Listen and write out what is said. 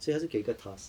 所以他是给一个 task